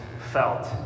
felt